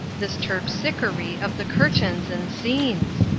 this terpsichore of the curtains and scenes!